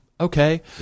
Okay